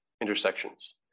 intersections